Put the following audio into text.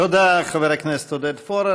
תודה, חבר הכנסת עודד פורר.